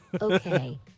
Okay